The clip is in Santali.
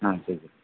ᱦᱮᱸ ᱴᱷᱤᱠ ᱜᱮᱭᱟ